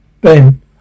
Ben